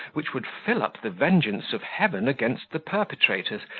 which would fill up the vengeance of heaven against the perpetrators,